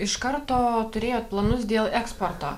iš karto turėjot planus dėl eksporto